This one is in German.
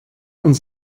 und